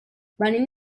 venim